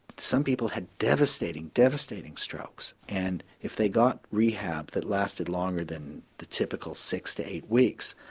some people had devastating, devastating strokes and if they got rehab that lasted longer than the typical six to eight weeks,